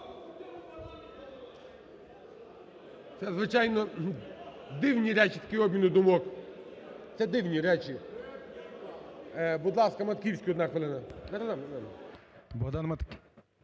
Це, звичайно, дивні речі – такий обмін думок, це дивні речі. Будь ласка, Матківський, одна хвилина.